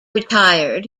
retired